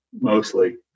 mostly